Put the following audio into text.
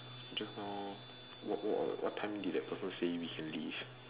just now what what time did that person say we can leave